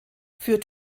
für